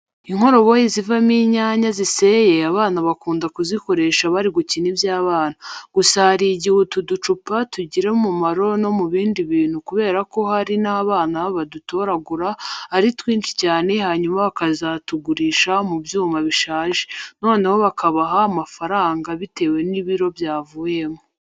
Inkoroboyi zivamo inyanya ziseye abana bakunda kuzikoresha bari gukina iby'abana. Gusa hari igihe utu ducupa tugira umumaro no mu bindi bintu kubera ko hari n'abana badutoragura ari twinshi cyane hanyuma bakazatugurisha mu byuma bishaje, noneho bakabaha amafafaranga bitewe n'ibiro byavuyemo.